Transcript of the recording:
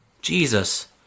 Jesus